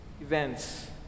events